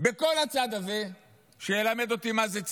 בכל הצד הזה שילמד אותי מה זאת ציונות,